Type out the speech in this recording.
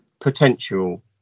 potential